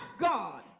God